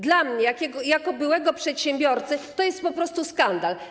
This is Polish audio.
Dla mnie jako byłego przedsiębiorcy to jest po prostu skandal.